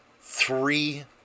three